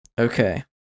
Okay